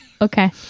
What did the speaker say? Okay